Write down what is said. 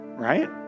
right